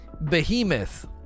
Behemoth